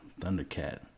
Thundercat